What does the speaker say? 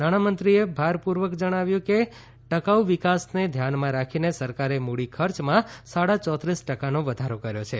નાણાપ્રધાને ભારપૂર્વક જણાવ્યું કે ટકાઉ વિકાસને ધ્યાનમાં રાખીને સરકારે મૂડી ખર્ચમાં સાડા ચોત્રીસ ટકાનો વધારો કર્યો છે